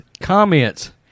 comments